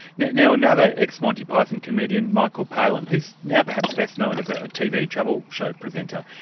now now another ex-monty python comedian, michael palin, who's now perhaps best known as a tv travel show presenter,